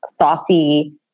saucy